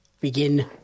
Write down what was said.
begin